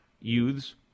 youths